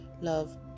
love